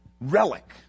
relic